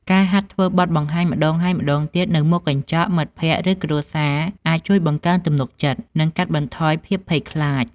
ការហាត់ធ្វើបទបង្ហាញម្តងហើយម្តងទៀតនៅមុខកញ្ចក់ មិត្តភក្តិ ឬគ្រួសារ អាចជួយបង្កើនទំនុកចិត្ត និងកាត់បន្ថយភាពភ័យខ្លាច។